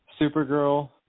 Supergirl